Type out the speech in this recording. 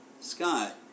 Scott